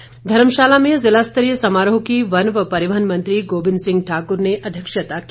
कांगडा समारोह धर्मशाला में ज़िलास्तरीय समारोह की वन व परिवहन मंत्री गोविंद सिंह ठाक्र ने अध्यक्षता की